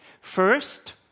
First